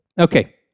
Okay